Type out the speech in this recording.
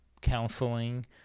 counseling